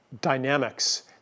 dynamics